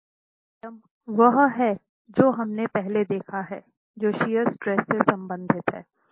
तीसरा आइटम वह है जो हमने पहले देखा है जो शियर स्ट्रेस से संबंधित है